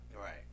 Right